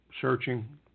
searching